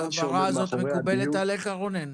ההבהרה הזאת מקובלת עליך, רונן?